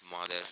Mother